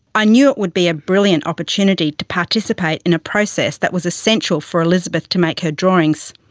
i knew it would be a brilliant opportunity to participate in a process that was essential for elizabeth to make her drawings.